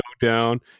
down